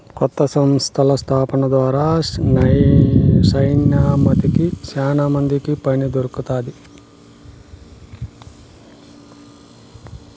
కొత్త సంస్థల స్థాపన ద్వారా శ్యానా మందికి పని దొరుకుతాది